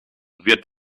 wird